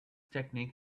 technique